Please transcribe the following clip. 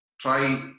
try